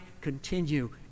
continue